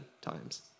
times